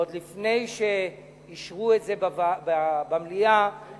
ועוד לפני שאישרו את זה במליאה, מהם